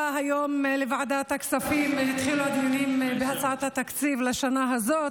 בוועדת הכספים היום התחילו הדיונים בהצעת התקציב לשנה הזאת,